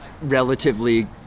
relatively